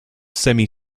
semi